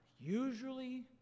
Usually